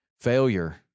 failure